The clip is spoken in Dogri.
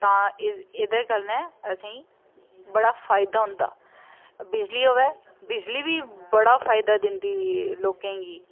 तां एह् एह्दे कन्नै असेंगी बड़ा फायदा होंदा बिजली होऐ बिजली बी बड़ा फायदा दिंदी लोकें गी